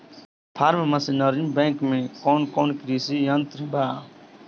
Form machinery bank में कौन कौन कृषि यंत्र बा?